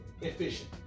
efficient